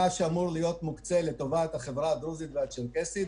ממה שאמור להיות מוקצה לטובת החברה הדרוזית והצ'רקסית,